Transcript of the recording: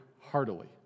heartily